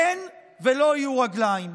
אין ולא יהיו רגליים.